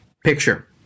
Picture